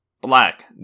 Black